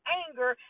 anger